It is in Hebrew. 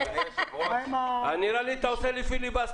אדוני היושב-ראש --- נראה לי שאתה עושה לי פיליבסטר.